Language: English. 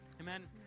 Amen